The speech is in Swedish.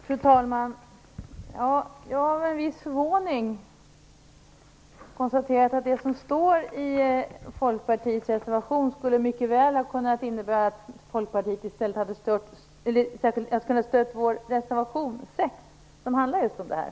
Fru talman! Jag har med viss förvåning konstaterat att det som står i Folkpartiets särskilda yttrande innebär att Folkpartiet mycket väl skulle ha kunnat stödja vår reservation 6, som handlar om just det här.